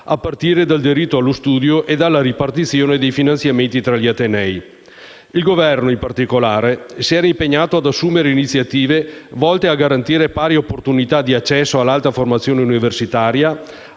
a partire dal diritto allo studio e dalla ripartizione dei finanziamenti tra gli atenei. Il Governo, in particolare, si era impegnato ad assumere iniziative volte a garantire pari opportunità di accesso all'alta formazione universitaria,